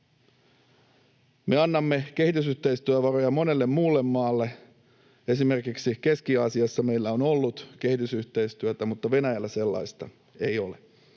Me annamme kehitysyhteistyövaroja monelle muulle maalle. Esimerkiksi Keski-Aasiassa meillä on ollut kehitysyhteistyötä, mutta Venäjällä sellaista ei ole.